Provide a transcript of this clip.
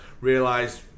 realise